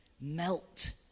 Melt